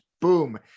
boom